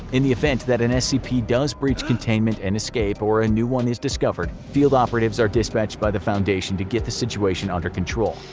in the event that an scp does breach containment and escape, or a new one is discovered, field operatives are dispatched by the foundation to get the situation under control.